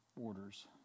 orders